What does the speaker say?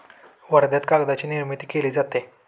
वर्ध्यात कागदाची निर्मिती केली जाते